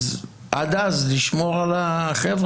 עד אז, לשמור על החבר'ה.